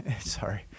sorry